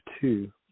two